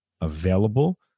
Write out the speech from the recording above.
available